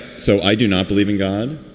so i do not believe in god.